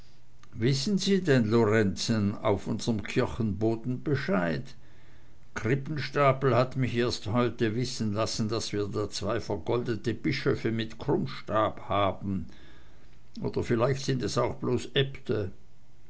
wissen sie denn lorenzen auf unserm kirchenboden bescheid krippenstapel hat mich erst heute wissen lassen daß wir da zwei vergoldete bischöfe mit krummstab haben oder vielleicht sind es auch bloß